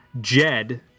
Jed